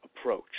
approach